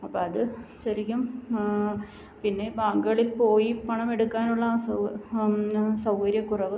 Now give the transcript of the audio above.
അപ്പോൾ അത് ശരിക്കും പിന്നെ ബാങ്കുകളിൽ പോയി പണം എടുക്കാനുള്ള ആ സൗകര്യ കുറവ്